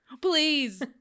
Please